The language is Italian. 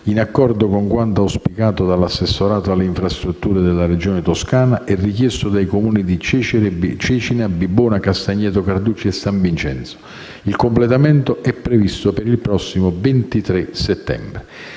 in accordo con quanto auspicato dall'assessorato alle infrastrutture della Regione Toscana e richiesto dai Comuni di Cecina, Bibbona, Castagneto Carducci e San Vincenzo; il completamento è previsto per il prossimo 23 settembre.